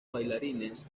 bailarines